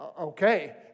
okay